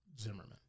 Zimmerman